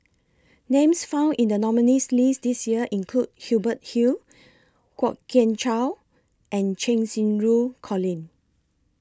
Names found in The nominees' list This Year include Hubert Hill Kwok Kian Chow and Cheng Xinru Colin